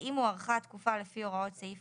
ואם הוארכה התקופה לפי הוראות סעיף